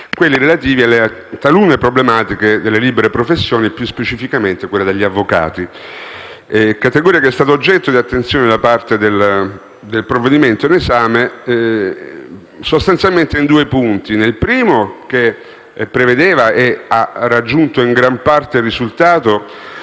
fiscale, relativi a talune problematiche delle libere professioni e, più specificamente, degli avvocati. Tale categoria è stata oggetto di attenzione da parte del provvedimento in esame sostanzialmente in due punti. Il primo prevedeva, e ha raggiunto in gran parte il risultato,